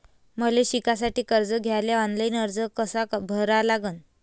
मले शिकासाठी कर्ज घ्याले ऑनलाईन अर्ज कसा भरा लागन?